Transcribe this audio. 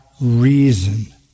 reason